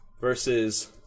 versus